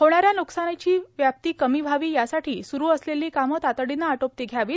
होणाऱ्या न्कसानीची व्याप्ती कमी व्हावी यासाठी स्रू असलेली कामं तातडीनं आटोपती घ्यावी